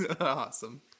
Awesome